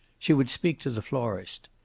she would speak to the florist.